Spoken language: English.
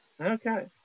okay